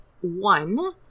one